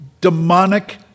demonic